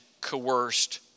coerced